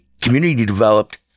community-developed